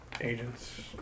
agents